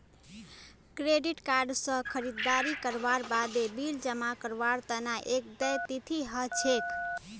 credit card स खरीददारी करवार बादे बिल जमा करवार तना एक देय तिथि ह छेक